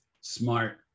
smart